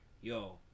Yo